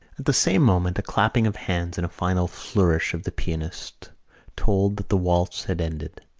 the same moment a clapping of hands and a final flourish of the pianist told that the waltz had ended.